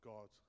God